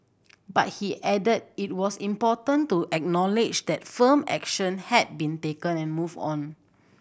but he added it was important to acknowledge that firm action had been taken and move on